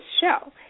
show